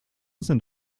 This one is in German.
sind